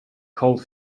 cold